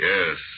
Yes